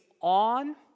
on